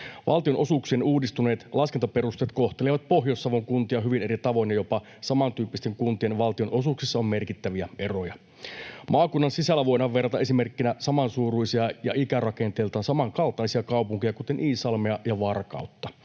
Valtionosuuksien uudistuneet laskentaperusteet kohtelevat Pohjois-Savon kuntia hyvin eri tavoin, jopa samantyyppisten kuntien valtionosuuksissa on merkittäviä eroja. Maakunnan sisällä voidaan verrata esimerkkinä samansuuruisia ja ikärakenteeltaan samankaltaisia kaupunkeja, kuten Iisalmea ja Varkautta.